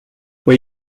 were